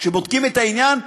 כשבודקים את העניין,